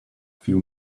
few